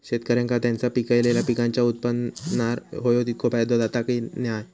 शेतकऱ्यांका त्यांचा पिकयलेल्या पीकांच्या उत्पन्नार होयो तितको फायदो जाता काय की नाय?